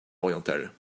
orientales